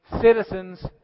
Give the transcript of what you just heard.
citizens